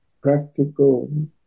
practical